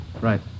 Right